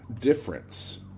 difference